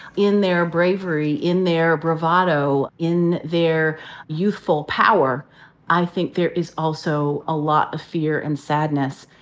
in their bravery, in their bravado, in their youthful power i think there is also a lot of fear and sadness.